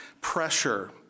pressure